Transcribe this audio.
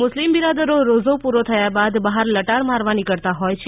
મુસ્લિમ બિરાદરો રોજો પૂરો થયા બાદ બહાર લટાર મારવા નિકળતા હોય છે